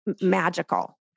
magical